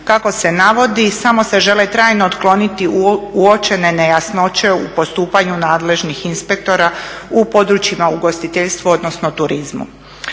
kako se navodi samo se žele trajno otkloniti uočene nejasnoće u postupanju nadležnih inspektora u područjima ugostiteljstva, odnosno turizmu.